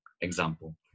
example